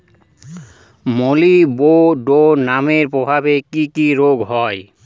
মলিবডোনামের অভাবে কি কি রোগ হয়?